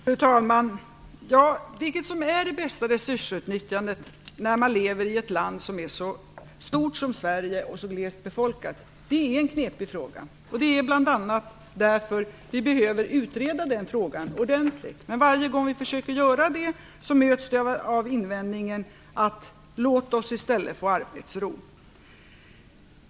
Fru talman! Vilket som är det bästa resursutnyttjandet när man lever i ett land som är så stort som Sverige och så glest befolkat är en knepig fråga. Det är bl.a. därför vi behöver utreda den frågan ordentligt. Men varje gång vi försöker göra det möts vi av invändningen: Låt oss i stället få arbetsro!